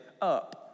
Up